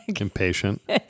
impatient